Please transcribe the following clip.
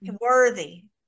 Worthy